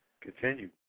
continue